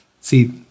See